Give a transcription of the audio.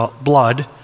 blood